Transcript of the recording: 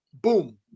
boom